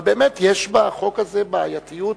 אבל באמת יש בחוק הזה בעייתיות.